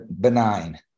benign